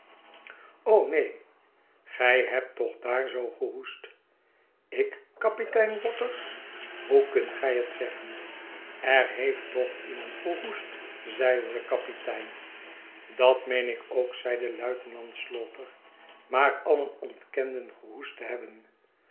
neen gij hebt toch daar zoo gehoest ik kapitein waters hoe kunt gij het zeggen er heeft toch iemand gehoest zeide de kapitein dat meen ik ook zeide luitenant slaughter maar alien ontkenden gehoest te hebben